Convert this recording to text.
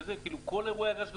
כאילו כל אירועי הגז שהיו?